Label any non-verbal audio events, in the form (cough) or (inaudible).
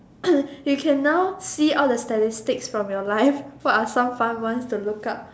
(coughs) you can now see all the statistics from your life what are some fun ones to look up